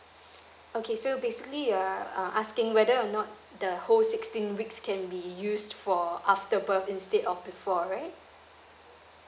okay so basically you're asking whether or not the whole sixteen weeks can be used for after birth instead of before right